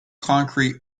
concrete